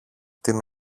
την